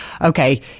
okay